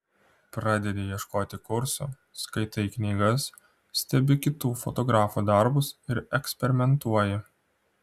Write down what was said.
pradedi ieškoti kursų skaitai knygas stebi kitų fotografų darbus ir eksperimentuoji